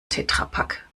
tetrapack